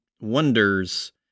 wonders